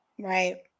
Right